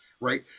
right